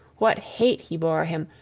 what hate he bore him,